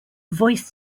voiced